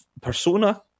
Persona